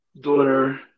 daughter